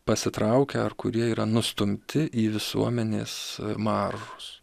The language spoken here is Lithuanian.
pasitraukę ar kurie yra nustumti į visuomenės maržus